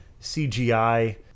CGI